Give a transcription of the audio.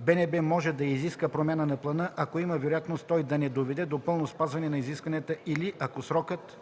БНБ може да изиска промяна на плана, ако има вероятност той да не доведе до пълно спазване на изискванията или ако срокът